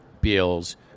Bills